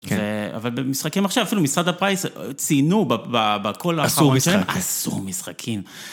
כן. אבל במשחקים עכשיו, אפילו משרד הפרייס ציינו בכל האחרונות שלהם. אסור משחקים. אסור משחקים.